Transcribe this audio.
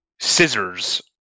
scissors